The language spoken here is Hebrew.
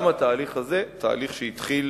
גם התהליך הזה הוא תהליך שהתחיל